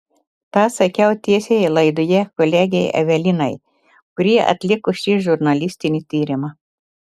tą sakiau tiesiai laidoje kolegei evelinai kuri atliko šį žurnalistinį tyrimą